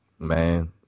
Man